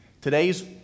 Today's